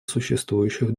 существующих